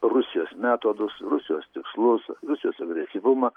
rusijos metodus rusijos tikslus rusijos agresyvumą